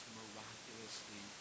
miraculously